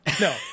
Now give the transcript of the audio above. No